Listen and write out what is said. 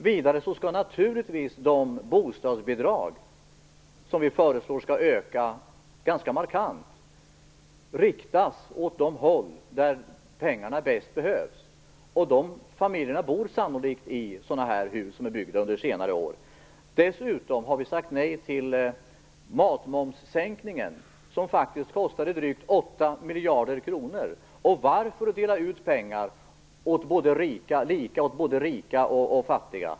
Vidare skall naturligtvis de bostadsbidrag som vi föreslår skall ökas ganska markant riktas åt de håll där pengarna bäst behövs, och de familjerna bor sannolikt i sådana hus som är byggda under senare år. Dessutom har vi sagt nej till matmomssänkningen, som faktiskt kostade drygt 8 miljarder kronor. Varför dela ut lika mycket pengar åt både rika och fattiga?